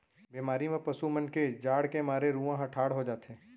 बेमारी म पसु मन के जाड़ के मारे रूआं ह ठाड़ हो जाथे